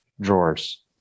drawers